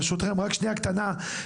ברשותכם, רק שנייה קטנה.